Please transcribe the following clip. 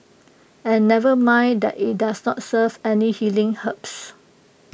and never mind that IT does not serve any healing herbs